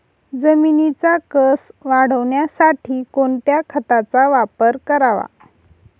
जमिनीचा कसं वाढवण्यासाठी कोणत्या खताचा वापर करावा?